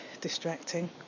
distracting